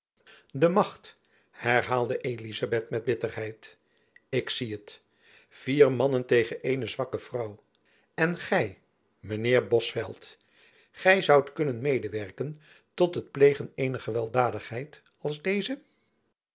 de macht herhaalde elizabeth met bitterheid ik zie het vier mannen tegen eene zwakke vrouw en gy mijn heer bosveldt gy zoudt kunnen medewerken tot het plegen eener gewelddadigheid als deze